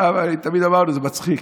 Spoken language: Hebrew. עכשיו אני תמיד אמרתי, זה מצחיק.